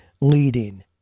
leading